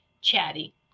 chatty